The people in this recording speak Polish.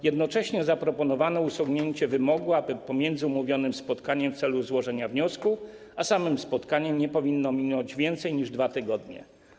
Jednocześnie zaproponowano usunięcie wymogu, że pomiędzy umówionym spotkaniem w celu złożenia wniosku a samym spotkaniem nie powinno minąć więcej niż 2 tygodnie.